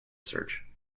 search